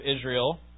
Israel